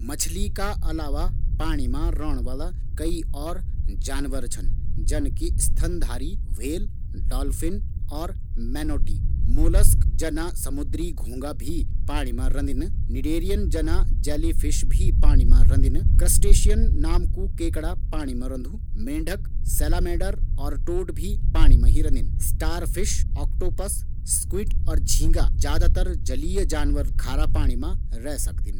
मछली का अलावा पाणी मा कई और जानवर छन जन्न कि स्तनधारी ह्वेल डॉल्फिन और मेनोटी। मौलस्क जना समुद्री घोंगा भी पाणी मा रदिन, निडेरियन जना जीव भी पाणी मा रदिन करस्टेशीयन नाम कु केकड़ा भी पाणी मा रंन्दु, मेढक सेलमेडर भी पाणी मा रदिन।